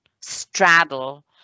straddle